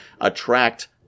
attract